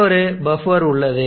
மற்றொரு பஃப்பர் உள்ளது